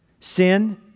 sin